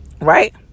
Right